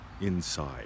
inside